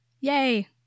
yay